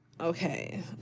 Okay